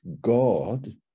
god